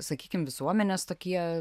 sakykim visuomenės tokie